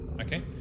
Okay